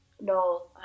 No